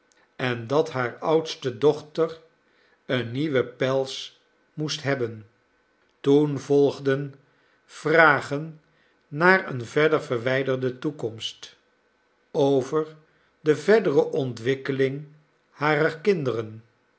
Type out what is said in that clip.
en dat haar oudste dochter een nieuwen pels moest hebben toen volgden vragen naar een verder verwijderde toekomst over de verdere ontwikkeling harer kinderen